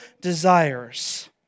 desires